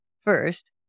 First